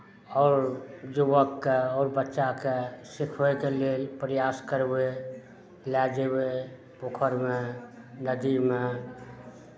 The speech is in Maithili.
आओर युवककेँ आओर बच्चाकेँ सिखबयके लेल प्रयास करबय लेल जेबै पोखरिमे नदीमे